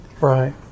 Right